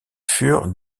furent